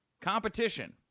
competition